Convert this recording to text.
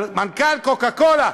אבל מנכ"ל "קוקה-קולה",